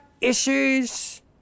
issues